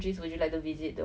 so